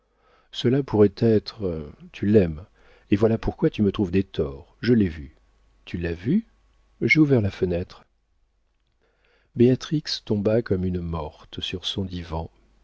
cela pourrait être tu l'aimes et voilà pourquoi tu me trouves des torts je l'ai vu tu l'as vu j'ai ouvert la fenêtre béatrix tomba comme morte sur son divan